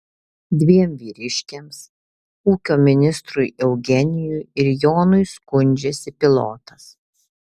dviem vyriškiams ūkio ministrui eugenijui ir jonui skundžiasi pilotas